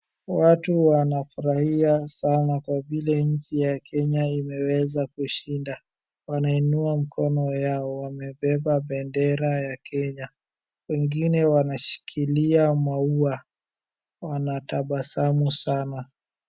Watu wanafurahia sana kwa vile nchi ya Kenya iliweza kushinda. Wanainua mkono yao wamebeba bendera ya Kenya. Wengine wanashikilia maua, wanatabasamu sana.